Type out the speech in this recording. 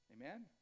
Amen